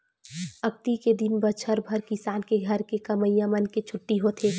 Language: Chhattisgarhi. अक्ती के दिन बछर भर किसान के घर के कमइया मन के छुट्टी होथे